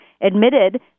admitted